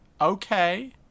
Okay